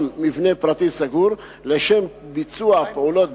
מבנה פרטי סגור לשם ביצוע פעולות בדיקה,